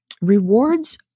Rewards